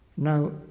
Now